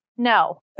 No